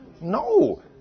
No